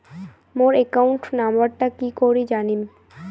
মোর account নাম্বারটা কি করি জানিম?